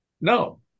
No